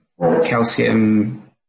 calcium